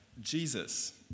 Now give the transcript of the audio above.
Jesus